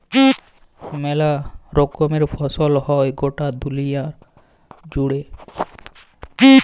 মেলা রকমের ফসল হ্যয় গটা দুলিয়া জুড়ে